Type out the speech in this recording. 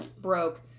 broke